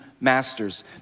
masters